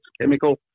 chemical